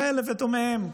כאלה ודומיהם,